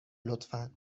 لطفا